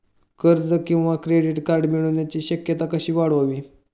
कर्ज किंवा credit card मिळण्याची शक्यता कशी वाढवावी?